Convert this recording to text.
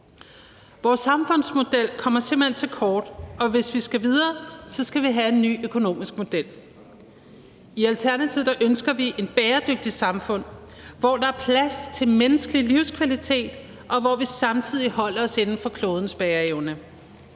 Vores samfundsmodel kommer simpelt hen til kort, og hvis vi skal videre, skal vi have en ny økonomisk model. I Alternativet ønsker vi et bæredygtigt samfund, hvor der er plads til menneskelig livskvalitet, og hvor vi samtidig holder os inden for klodens bæreevne.